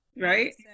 right